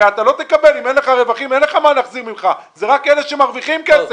הרי אתה לא תקבל אם אין לך רווחים אלא אלה רק אלה שמרוויחים כסף.